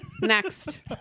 next